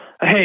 Hey